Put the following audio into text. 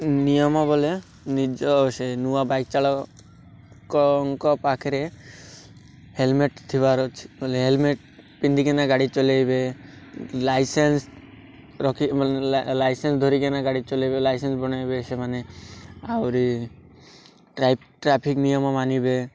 ନିୟମ ବୋଲେ ନିଜ ସେ ନୂଆ ବାଇକ୍ ଚାଳଙ୍କଙ୍କ ପାଖରେ ହେଲମେଟ ଥିବାର ଅଛି ହେଲମେଟ ପିନ୍ଧିକିନା ଗାଡ଼ି ଚଲେଇବେ ଲାଇସେନ୍ସ ରଖିବେ ଲାଇସେନ୍ସ ଧରିକିନା ଗାଡ଼ି ଚଲେଇବେ ଲାଇସେନ୍ସ ବନେଇବେ ସେମାନେ ଆହୁରି ଟ୍ରାଫିକ ନିୟମ ମାନିବେ